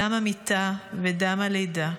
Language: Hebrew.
דם המיתה ודם הלידה.